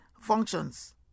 functions